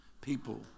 people